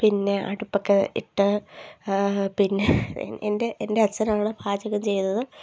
പിന്നെ അടുപ്പൊക്കെ ഇട്ട് പിന്നെ എൻ്റെ എൻ്റെച്ഛനാണ് പാചകം ചെയ്തത്